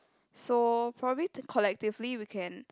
so probably to collectively we can